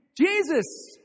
Jesus